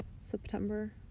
September